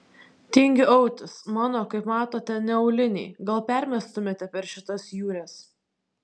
tingiu autis mano kaip matote ne auliniai gal permestumėte per šitas jūres